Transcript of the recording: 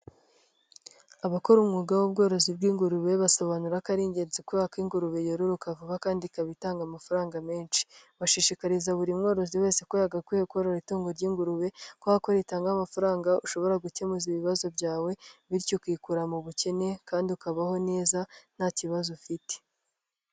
Abakora umwuga w'ubworozi bw'ingurube basobanura ko ari ingenzi kuberaka ingurube yororoka vuba kandi ikaba itanga amafaranga menshi. Bashishikariza buri mworozi wese ko yagakwiye korora itungo ry'ingurube, kubera ko ritanga amafaranga ushobora gukemura ibibazo byawe bityo ukikura mu bukene kandi ukabaho neza nta kibazo ufite.